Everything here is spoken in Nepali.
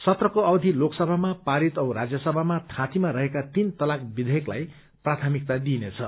सत्रक्रो अवधि लोकसभामा पारित औ राज्यसभामा थाँतीमा रहेका तीन तलाका विवेयकलाई प्राथमिकता दिइनेछ